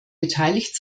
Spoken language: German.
beteiligt